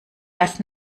lass